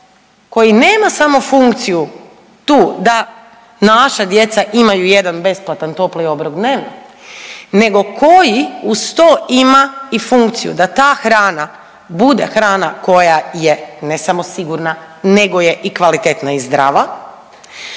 koji nema samo funkciju tu da naša djeca imaju jedan besplatan topli obrok dnevno nego koji uz to ima i funkciju da ta hrana bude hrana koja je ne samo sigurna nego je i kvalitetna i zdrava